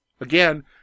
Again